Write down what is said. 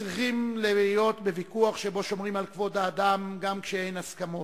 צריכים להיות בוויכוח שבו שומרים על כבוד האדם גם כשאין הסכמות.